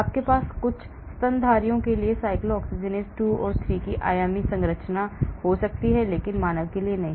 आपके पास कुछ स्तनधारियों के लिए साइक्लोऑक्सीजिनेज 2 की 3 आयामी संरचना हो सकती है लेकिन मानव के लिए नहीं